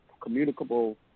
communicable